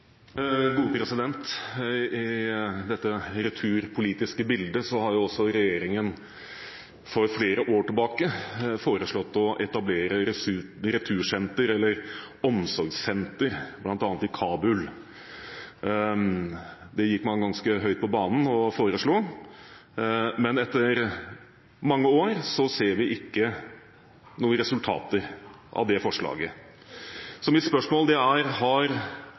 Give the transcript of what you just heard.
I dette returpolitiske bildet har også regjeringen for flere år siden foreslått å etablere retursentre eller omsorgssentre, bl.a. i Kabul. Man gikk ganske høyt på banen og foreslo det. Men etter mange år ser vi ikke noen resultater av det forslaget. Mitt spørsmål er: Er det slik at SV, Senterpartiet og Arbeiderpartiet har